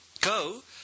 go